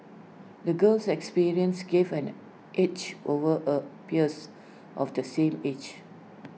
the girl's experiences gave an edge over A peers of the same age